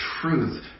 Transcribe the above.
truth